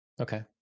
Okay